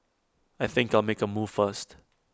I think I'll make A move first